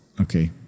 okay